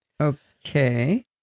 Okay